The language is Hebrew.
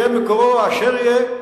יהיה מקורו אשר יהיה.